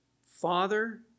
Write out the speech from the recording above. Father